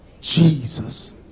Jesus